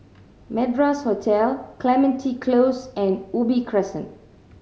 Madras Hotel Clementi Close and Ubi Crescent